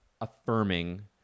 affirming